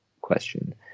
question